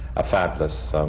a fabulous